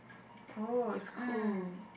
oh is cool